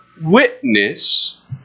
witness